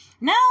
Now